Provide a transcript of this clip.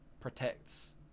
protects